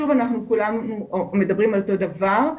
שוב כולנו מדברים על אותו דבר,